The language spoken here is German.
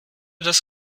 das